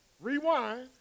Rewind